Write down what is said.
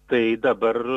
tai dabar